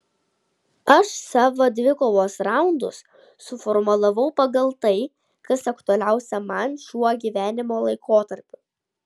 aš savo dvikovos raundus suformulavau pagal tai kas aktualiausia man šiuo gyvenimo laikotarpiu